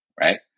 Right